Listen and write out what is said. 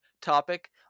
topic